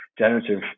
Generative